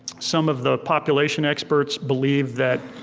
some of the population experts believe that